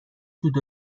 دود